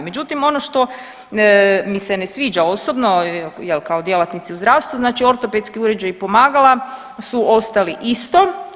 Međutim, ono što mi se ne sviđa osobno jel kao djelatnici u zdravstvu, znači ortopedski uređaji i pomagala su ostali isto.